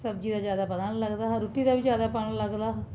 खाल्ली